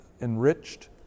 enriched